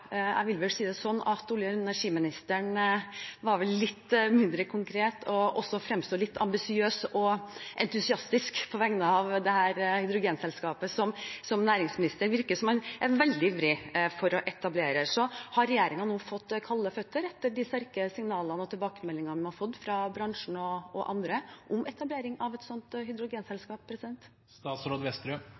Jeg vil vel si det sånn at olje- og energiministeren var litt mindre konkret og også fremstår litt mindre ambisiøs og entusiastisk på vegne av dette hydrogenselskapet som næringsministeren virker å være veldig ivrig etter å etablere. Har regjeringen nå fått kalde føtter etter de sterke signalene og tilbakemeldingene man har fått fra bransjen og andre om etablering av et slikt hydrogenselskap?